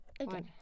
Okay